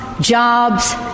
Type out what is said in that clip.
jobs